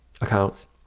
Accounts